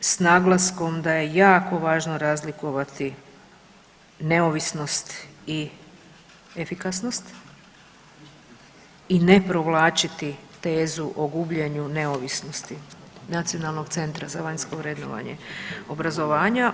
S naglaskom da je jako važno razlikovati neovisnost i efikasnost i ne provlačiti tezu o gubljenju neovisnosti Nacionalnog centra za vanjsko vrednovanje obrazovanja.